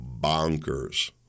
bonkers